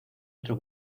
otro